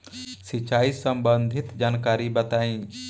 सिंचाई संबंधित जानकारी बताई?